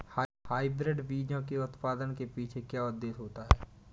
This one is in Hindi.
हाइब्रिड बीजों के उत्पादन के पीछे क्या उद्देश्य होता है?